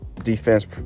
defense